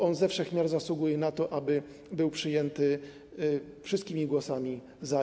On ze wszech miar zasługuje na to, aby był przyjęty wszystkimi głosami za.